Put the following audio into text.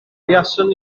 buaswn